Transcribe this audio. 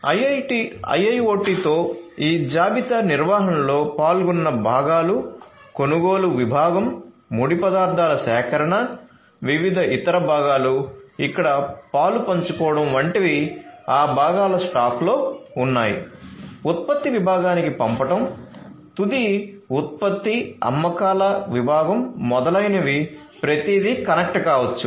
IIoT తో ఈ జాబితా నిర్వహణలో పాల్గొన్న భాగాలు కొనుగోలు విభాగం ముడి పదార్థాల సేకరణ వివిధ ఇతర భాగాలు అక్కడ పాలుపంచుకోవడం వంటివి ఆ భాగాల స్టాక్లో ఉన్నాయి ఉత్పత్తి విభాగానికి పంపడం తుది ఉత్పత్తి అమ్మకాల విభాగం మొదలైనవి ప్రతిదీ కనెక్ట్ కావచ్చు